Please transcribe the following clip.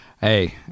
Hey